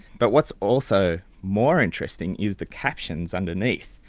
but what's also more interesting is the captions underneath,